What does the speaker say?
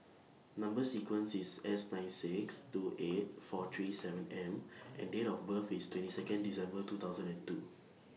Number sequence IS S nine six two eight four three seven M and Date of birth IS twenty Second December two thousand and two